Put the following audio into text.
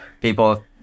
people